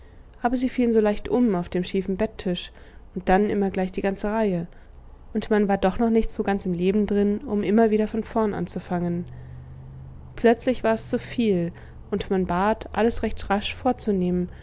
aber sie fielen so leicht um auf dem schiefen bett tisch und dann immer gleich die ganze reihe und man war doch noch nicht so ganz im leben drin um immer wieder von vorn anzufangen plötzlich war es zuviel und man bat alles recht rasch fortzunehmen